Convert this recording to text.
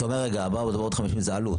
רגע, אתה אומר 450-400, זה עלות.